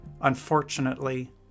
Unfortunately